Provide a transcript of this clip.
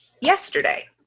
yesterday